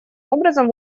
образом